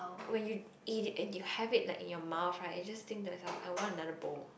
when you eat it and you have it like in your mouth right you just think to yourself I want another bowl